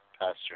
pasture